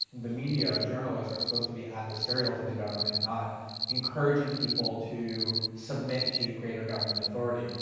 the media, journalists, are supposed to be adversarial to the government, not encouraging people to submit to greater government authority.